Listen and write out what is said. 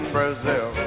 Brazil